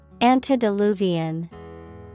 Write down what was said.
Antediluvian